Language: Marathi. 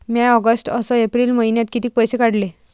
म्या ऑगस्ट अस एप्रिल मइन्यात कितीक पैसे काढले?